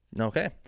Okay